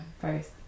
first